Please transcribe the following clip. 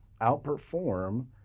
outperform